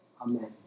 Amen